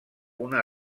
una